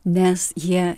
nes jie